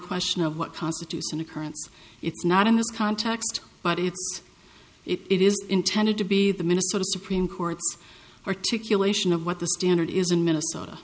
question of what constitutes an occurrence it's not in this context but it's it is intended to be the minnesota supreme court articulation of what the standard is in minnesota